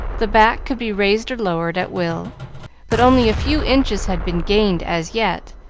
the back could be raised or lowered at will but only a few inches had been gained as yet,